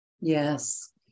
Yes